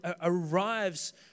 arrives